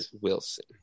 Wilson